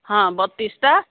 ହଁ ବତିଶଟା